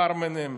ברמנים,